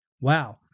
wow